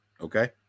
okay